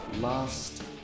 last